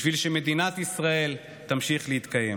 בשביל שמדינת ישראל תמשיך להתקיים.